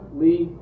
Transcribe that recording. lee